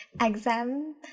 exam